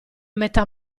metà